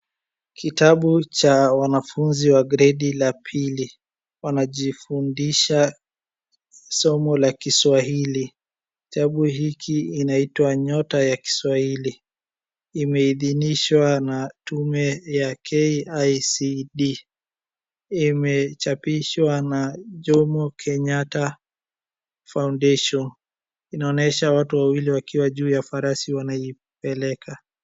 Kitabu cha wanafunzi wa gredi la pili, wanajifundisha somo la kiswahili. Kitabu hiki kinaitwa nyota ya kiswahili. Imeidhinishwa na tume ya KICD . Imechapishwa na Jomo Kenyatta foundation inaonyesha watu wawili wakiwa juu ya farasi wanaipeleka.